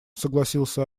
согласился